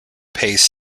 pays